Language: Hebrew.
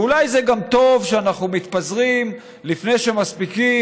ואולי זה גם טוב שאנחנו מתפזרים לפני שמספיקים